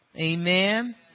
Amen